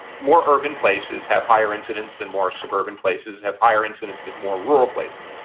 more urban places have higher incidence than more. suburban places have higher incidence that more rural places.